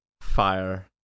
fire